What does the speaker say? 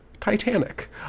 titanic